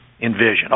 Envision